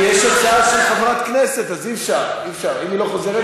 כי יש הצעה של חברת כנסת, אז אי-אפשר, אי-אפשר.